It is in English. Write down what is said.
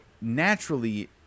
naturally